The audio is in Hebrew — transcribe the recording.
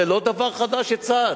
זה לא דבר חדש שצץ.